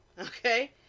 okay